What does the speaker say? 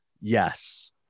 Yes